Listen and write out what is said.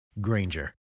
Granger